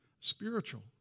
spiritual